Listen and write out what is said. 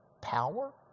power